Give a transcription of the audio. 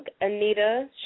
Anita